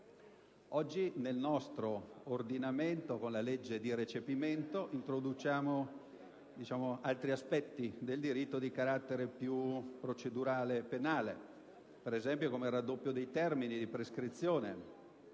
Oggi, nel nostro ordinamento, con la legge di recepimento, introduciamo altri aspetti del diritto di carattere più procedurale e penale, come il raddoppio dei termini di prescrizione